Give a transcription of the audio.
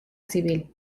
civil